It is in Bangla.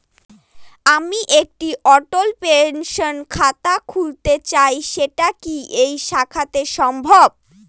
আমি একটি অটল পেনশন খাতা খুলতে চাই সেটা কি এই শাখাতে সম্ভব?